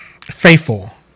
faithful